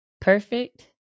Perfect